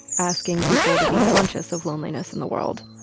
asking people to be conscious of loneliness in the world.